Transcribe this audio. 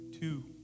two